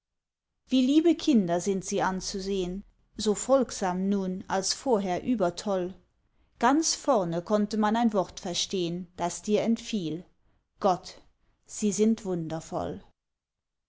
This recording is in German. wie liebe kinder sind sie anzusehen so folgsam nun als vorher übertoll ganz vorne konnte man ein wort verstehen das dir entfiel gott sie sind wundervoll